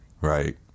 Right